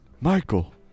Michael